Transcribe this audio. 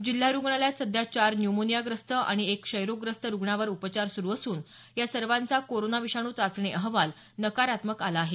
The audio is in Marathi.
जिल्हा रुग्णालयात सध्या चार न्यूमोनियाग्रस्त आणि एका क्षयरोगग्रस्त रुग्णावर उपचार सुरू असून या सर्वांचा कोरोना विषाणू चाचणी अहवाल नकारात्मक आला आहे